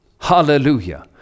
hallelujah